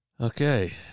Okay